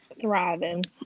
thriving